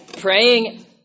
Praying